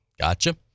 gotcha